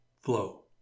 flow